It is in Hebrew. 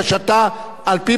ויש לכם זמן.